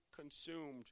consumed